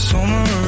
Summer